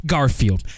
Garfield